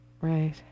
Right